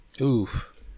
Oof